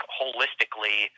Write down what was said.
holistically